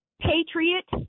patriot